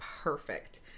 perfect